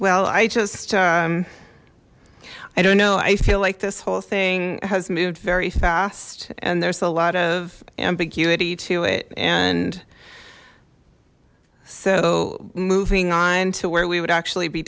well i just i don't know i feel like this whole thing has moved very fast and there's a lot of ambiguity to it and so moving on to where we would actually be